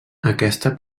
aquesta